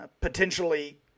potentially